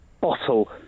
Bottle